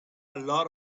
lot